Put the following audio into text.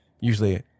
usually